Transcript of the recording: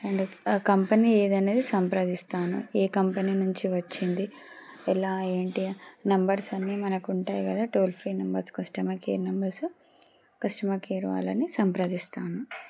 and ఆ company ఏది అనేది సంప్రదిస్తాను ఏ కంపెనీ నుంచి వచ్చింది ఎలా ఏంటి నెంబర్స్ అన్ని మనకు ఉంటాయి కదా toll free numbers customer care numbers customer care వాళ్ళని సంప్రదిస్తాను